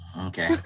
Okay